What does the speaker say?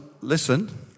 listen